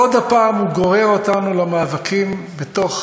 עוד פעם הוא גורר אותנו למאבקים בתוך